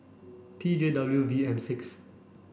T J W V M six